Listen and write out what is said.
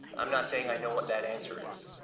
i'm not saying i know what that answer is,